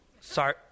sorry—